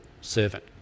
servant